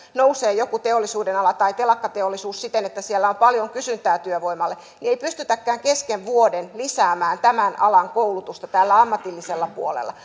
nousee joku teollisuudenala kuten telakkateollisuus siten että siellä on paljon kysyntää työvoimalle ei pystytäkään kesken vuoden lisäämään tämän alan koulutusta täällä ammatillisella puolella